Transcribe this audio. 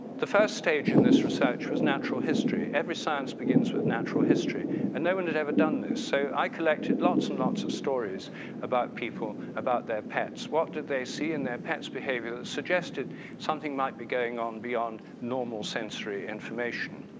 the first stage in this research was natural history. every science begins with natural history and no one have ever done this. so, i collected lots and lots of stories about people, about their pets. what did they see in their pet's behavior suggested something might be going on beyond normal sensory information?